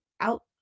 out